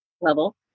level